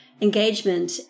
engagement